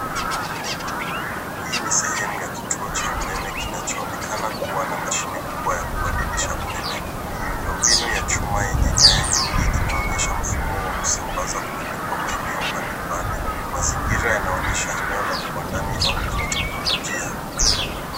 Hii ni sehemu ya kituo cha umeme kinachoonekana kuwa na mashine kubwa ya kubadilisha umeme. Miundombinu ya chuma yenye nyaya nyingi inaonyesha mfumo wa kusambaza umeme kwa maeneo mbalimbali. Mazingira yanaonyesha eneo la viwandani au la kiteknolojia.